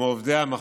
מעובדי המחוז,